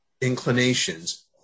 inclinations